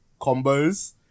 Combos